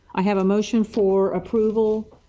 i have motion for approval